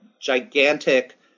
gigantic